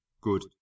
good